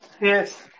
Yes